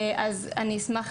אני אשמח